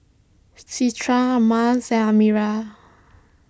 Citra Mas and Amirah